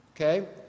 Okay